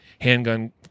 handgun